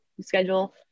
schedule